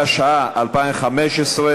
התשע"ה 2015,